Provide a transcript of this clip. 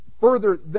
further